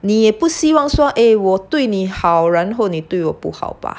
你也不希望说 eh 我对你好然后你对我不好 bah